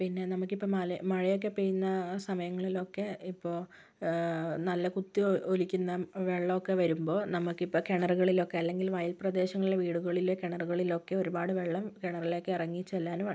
പിന്നെ നമുക്കിപ്പോൾ മല മഴയൊക്കെ പെയ്യുന്ന സമയങ്ങളിലൊക്കെ ഇപ്പോൾ നല്ല കുത്തിയൊലിക്കുന്ന വെള്ളമൊക്കെ വരുമ്പോൾ നമുക്കിപ്പോൾ കിണറുകളിലൊക്കെ അല്ലെങ്കിൽ വയൽ പ്രദേശങ്ങളിലെ വീടുകളിലെ കിണറുകളിലൊക്കെ ഒരുപാട് വെള്ളം കിണറിലേക്ക് ഇറങ്ങി ചെല്ലാനും